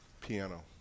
piano